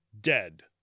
dead